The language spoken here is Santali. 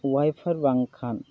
ᱚᱣᱟᱭ ᱯᱷᱚᱨ ᱵᱟᱝᱠᱷᱟᱱ